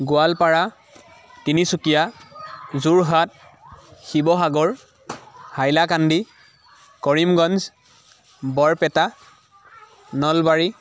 Goalpara Tinsukia Jorhat Sivasagar Hailakandi Karimganj Barpeta Nalbari